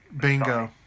Bingo